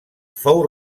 fou